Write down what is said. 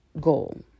goal